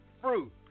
fruit